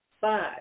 Five